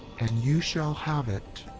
and you shall have it.